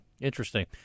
Interesting